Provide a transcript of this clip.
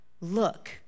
Look